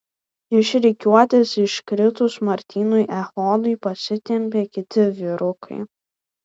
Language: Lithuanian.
iš rikiuotės iškritus martynui echodui pasitempė kiti vyrukai